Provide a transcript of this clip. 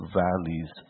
valleys